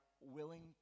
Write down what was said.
willing